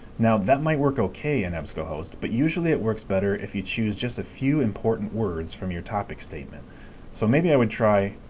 now that might work okay in ebsco host but usually it works better if you choose just a few important words from your topic statement so maybe i would try,